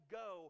go